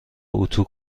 اتو